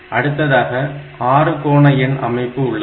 அடுத்ததாக அறுகோண எண் அமைப்பு உள்ளது